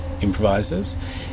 improvisers